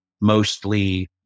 mostly